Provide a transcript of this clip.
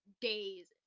days